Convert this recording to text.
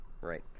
Right